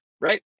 right